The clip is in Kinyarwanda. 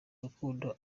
rukundo